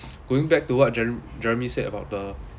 going back to what jere~ jeremy said about the